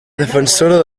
defensora